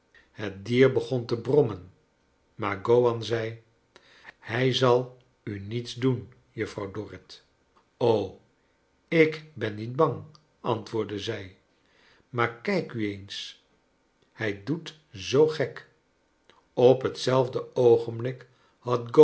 het dier begon te brommen maar gowan zei hij zal u niets doen juffrouw dorrit ik ben niet bang antwoordde zij j maar kijk u eens hij doet zoo gek op hetzelfde oogenblik